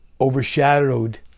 overshadowed